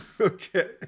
Okay